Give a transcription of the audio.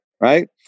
right